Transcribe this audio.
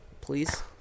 please